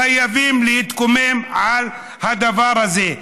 חייבים להתקומם על הדבר הזה.